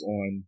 on